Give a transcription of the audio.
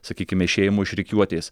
sakykime išėjimu iš rikiuotės